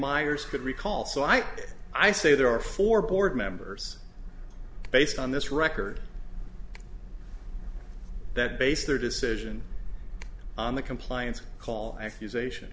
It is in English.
myers could recall so i i say there are four board members based on this record that base their decision on the compliance call accusation